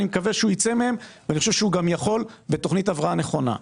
אני מקווה שהוא ייצא מהם ואני חושב שהוא גם יכול בתכנית הבראה נכונה.